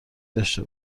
داشته